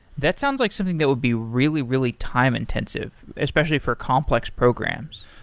that sounds like something that would be really, really time intensive, especially for complex programs.